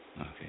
Okay